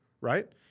right